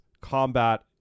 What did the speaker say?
combat